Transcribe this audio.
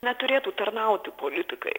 neturėtų tarnauti politikai